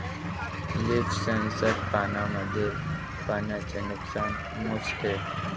leaf sensor पानांमधील पाण्याचे नुकसान मोजते